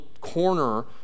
corner